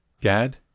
Gad